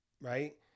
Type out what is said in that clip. right